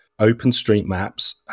OpenStreetMaps